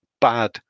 bad